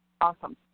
Awesome